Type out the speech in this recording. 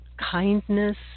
kindness